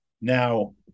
now